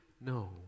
No